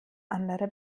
andere